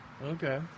Okay